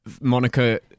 monica